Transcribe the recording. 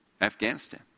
Afghanistan